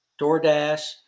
DoorDash